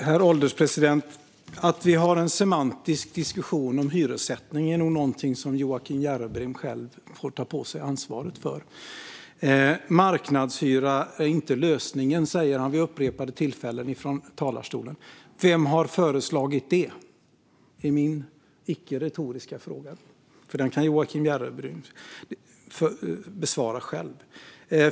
Herr ålderspresident! Att vi har en semantisk diskussion om hyressättning är nog något som Joakim Järrebring själv får ta på sig ansvaret för. Marknadshyra är inte lösningen, säger han vid upprepade tillfällen ifrån talarstolen. Vem har föreslagit det? Det är min icke-retoriska fråga, herr ålderspresident, eftersom Joakim Järrebring kan besvara den.